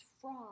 fraud